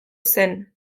zen